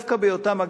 דווקא בהיותם,